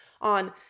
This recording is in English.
on